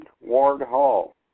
Ward-Hall